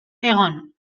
egon